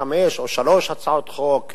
חמש או שלוש הצעות חוק,